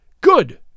Good